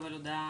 מקבל הודעה,